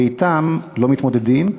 ואתם לא מתמודדים,